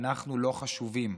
אנחנו לא חשובים,